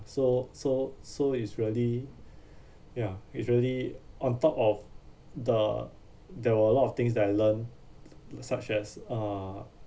so so so it's really ya it's really on top of the there were a lot of things that I learned such as uh